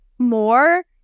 more